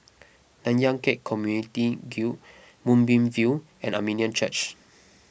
Nanyang Khek Community Guild Moonbeam View and Armenian Church